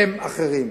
הם אחרים,